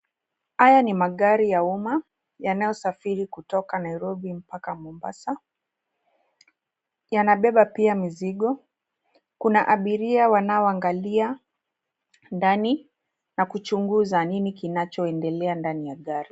Haya ni magari ya umma yanayosafiri kutoka Nairobi mpaka Mombasa. Yanabeba pia mizigo. Kuna abiria wanaoangalia ndani na kuchunguza nini kinachoendelea ndani ya gari.